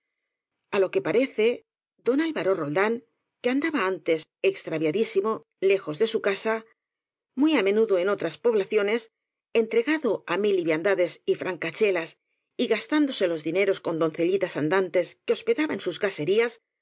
á lo que parece don alvaro roldán que andaba antes extraviadísimo lejos de su casa muy a me nudo en otras poblaciones entregado á mil livian dades y francachelas y gastándose los dineros con doncellitas andantes que hospedaba en sus caserías